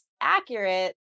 accurate